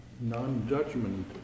non-judgment